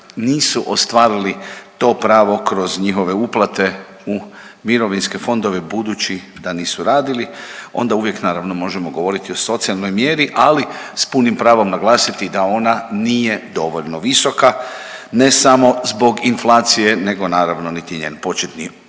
nisu ostvarili to pravo kroz njihove uplate u mirovinske fondove, budući da nisu radili, onda uvijek, naravno možemo govoriti o socijalnoj mjeri, ali s punim pravom naglasiti da ona nije dovoljno visoka, ne samo zbog inflacije, nego naravno niti njen početni